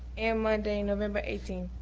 and monday, november eighteen.